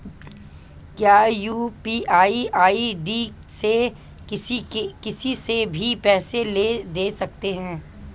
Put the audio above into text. क्या UPI ID से किसी से भी पैसे ले दे सकते हैं?